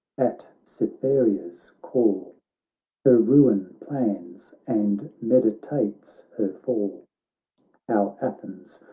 at cytherea's call her ruin plans, and meditates her fall how athens,